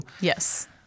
Yes